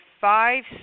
five